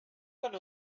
con